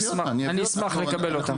אז אני אשמח לקבל אותם.